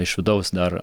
iš vidaus dar